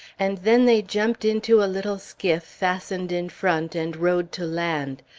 and then they jumped into a little skiff fastened in front, and rowed to land.